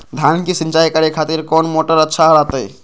धान की सिंचाई करे खातिर कौन मोटर अच्छा रहतय?